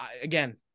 again